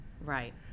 Right